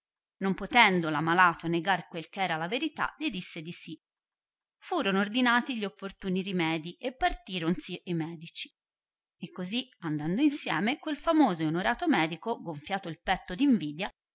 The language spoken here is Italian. non potendo l amalato negar quello ch'era la verità gli disse di sì furono ordinati gli opportuni rimedij e partironsi e medici e così andando insieme quel famoso ed onorato medico gonfiato il petto